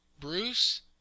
Bruce